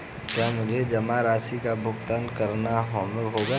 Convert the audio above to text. क्या मुझे जमा राशि का भुगतान करना होगा?